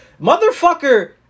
Motherfucker